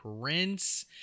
Prince